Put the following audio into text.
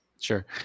sure